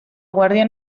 guardia